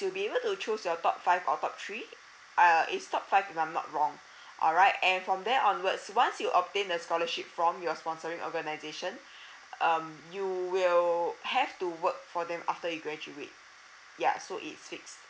you'll be able to choose your top five or top three err it's top five if I'm not wrong alright and from there onwards once you obtained the scholarship from your sponsoring organisation um you will have to work for them after you graduate ya so it's fixed